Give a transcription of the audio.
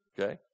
Okay